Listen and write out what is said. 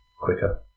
quicker